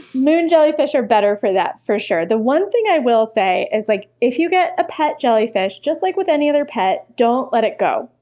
moon jellyfish are better for that, for sure. the one thing i will say is, like if you get a pet jellyfish, just like with any other pet, don't let it go,